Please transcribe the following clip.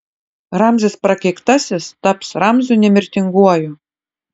ramzis prakeiktasis taps ramziu nemirtinguoju